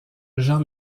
jean